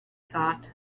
thought